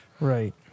Right